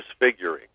disfiguring